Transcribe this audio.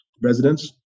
residents